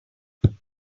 thanks